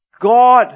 God